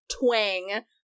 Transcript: twang